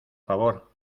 favor